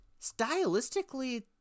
stylistically